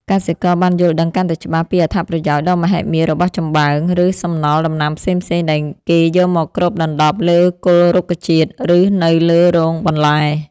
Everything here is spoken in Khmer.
កសិករបានយល់ដឹងកាន់តែច្បាស់ពីអត្ថប្រយោជន៍ដ៏មហិមារបស់ចំបើង ឬសំណល់ដំណាំផ្សេងៗដែលគេយកមកគ្របដណ្ដប់លើគល់រុក្ខជាតិ ឬនៅលើរងបន្លែ។